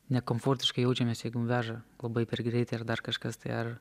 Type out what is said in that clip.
nekomfortiškai jaučiamės jeigu veža labai per greitai ir dar kažkas tai ar